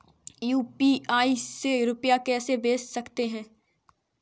UPI से रुपया कैसे भेज सकते हैं?